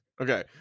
Okay